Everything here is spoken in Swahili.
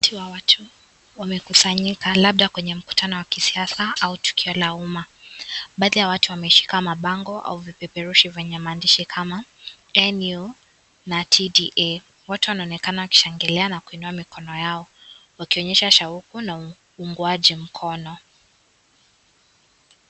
Umati wa watu wamekusanyika labda kwenye mkutano wa kisiasa au tukio la umma. Baadhi ya watu wameshika mabango au vipeperushi vyenye maandishi kama NU na TDA . Wote wanaonekana wakishangilia na kuinua mikono yao wakionyesha shauku na uungwaji mkono.